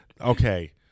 okay